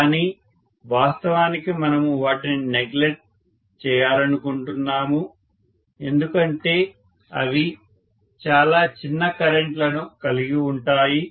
కానీ వాస్తవానికి మనము వాటిని నెగ్లెక్ట్ చేయాలనుకుంటున్నాము ఎందుకంటే ఇవి చాలా చిన్న కరెంట్ లను కలిగి ఉంటాయి